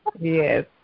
Yes